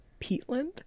peatland